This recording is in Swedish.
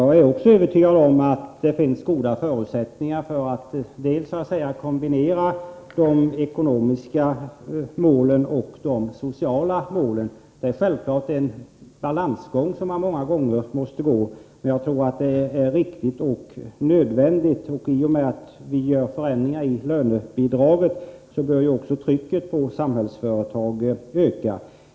Jag är också övertygad om att det finns goda förutsättningar för att så att säga kombinera de ekonomiska målen och de sociala målen. Det är självfallet en balansgång som man många gånger måste gå, men jag tror att det är riktigt och nödvändigt. I och med att vi gör förändringar i lönebidraget bör ju också trycket på Samhällsföretag öka.